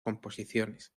composiciones